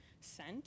sent